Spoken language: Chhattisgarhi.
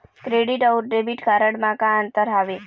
क्रेडिट अऊ डेबिट कारड म का अंतर हावे?